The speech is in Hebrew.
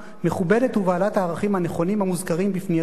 מכובדת ובעלת הערכים הנכונים המוזכרים בפנייתכן.